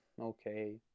okay